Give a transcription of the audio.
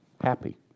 happy